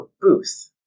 booth